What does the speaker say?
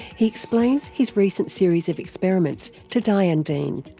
he explains his recent series of experiments to diane dean.